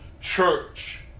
Church